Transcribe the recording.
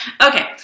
Okay